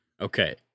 Okay